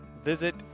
visit